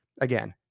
Again